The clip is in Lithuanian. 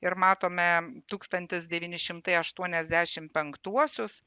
ir matome tūkstantis devyni šimtai aštuoniasdešim penktuosius